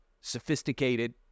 Sophisticated